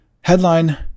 headline